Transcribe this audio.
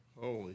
Holy